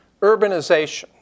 Urbanization